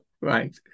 Right